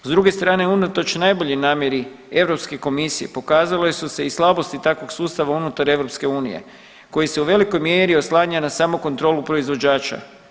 S druge strane unatoč najboljoj namjeri Europske komisije pokazale su se i slabosti takvog sustava unutar EU koji se u velikoj mjeri oslanja na samokontrolu proizvođača.